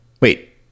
Wait